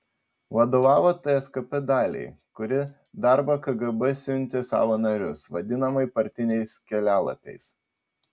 vadovavo tskp daliai kuri darbą kgb siuntė savo narius vadinamai partiniais kelialapiais